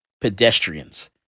pedestrians